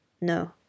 No